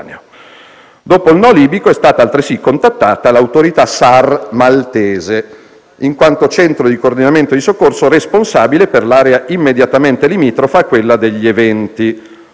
Dopo il "no" libico è stata altresì contattata l'autorità Search and Rescue (SAR) maltese, in quanto centro di coordinamento e di soccorso responsabile per l'area immediatamente limitrofa a quella degli eventi;